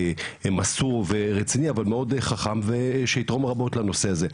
מסור ורציני אבל מאוד חכם שיתרום רבות לנושא הזה.